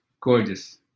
gorgeous